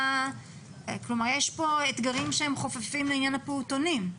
כלומר, יש פה אתגרים שחופפים לעניין הפעוטונים.